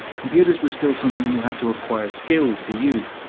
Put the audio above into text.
computers were still something you had to acquire skills to use,